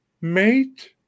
mate